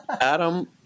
Adam